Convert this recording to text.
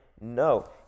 no